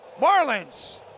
Marlins